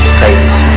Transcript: face